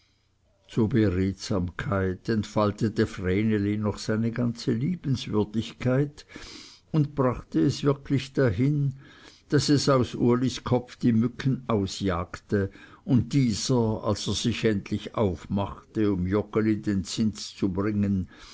zur beredsamkeit enfaltete vreneli noch seine ganze liebenswürdigkeit und brachte es wirklich dahin daß es aus ulis kopf die mücken ausjagte und dieser als er sich endlich aufmachte um joggeli den zins zu bringen